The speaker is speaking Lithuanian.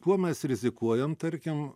kuo mes rizikuojam tarkim